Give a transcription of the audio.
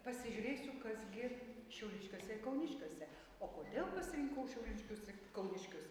pasižiūrėsiu kas gi šiauliškiuose ir kauniškiuose o kodėl pasirinkau šiauliškius ir kauniškius